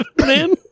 man